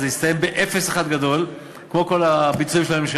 ואני מצטער מאוד שבימים כאלה שחיילי